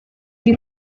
you